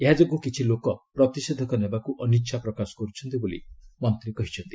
ଏହା ଯୋଗୁଁ କିଛି ଲୋକ ପ୍ରତିଷେଧକ ନେବାକୁ ଅନିଚ୍ଛା ପ୍ରକାଶ କରୁଛନ୍ତି ବୋଲି ମନ୍ତ୍ରୀ କହିଛନ୍ତି